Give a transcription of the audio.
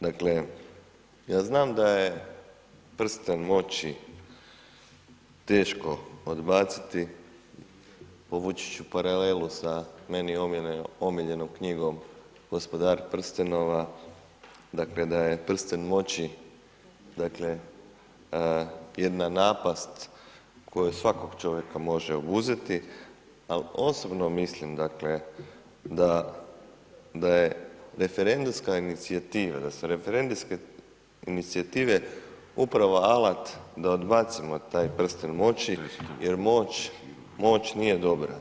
Dakle, ja znam da je prsten moći teško odbaciti, povući ću paralelu sa meni omiljenom knjigom Gospodar prstenova, dakle, da je prsten moći jedna napast koju svakog čovjeka može obuzeti, ali osobno mislim da je referendumska inicijativa, da su referendumske inicijative upravo alat da odbacimo taj prsten moći, jer moć, moć nije dobra.